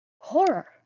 horror